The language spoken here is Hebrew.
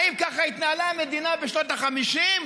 האם ככה התנהלה המדינה בשנות ה-50?